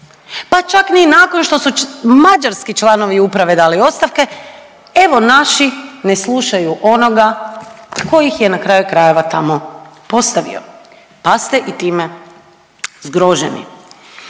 pa čak ni nakon što su mađarski članovi Uprave dali ostavke, evo naši, ne slušaju onoga koji ih je na kraju krajeva, tamo postavio pa ste i time zgroženi.